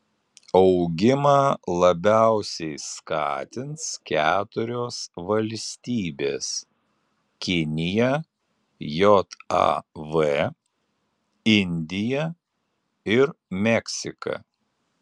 augimą labiausiai skatins keturios valstybės kinija jav indija ir meksika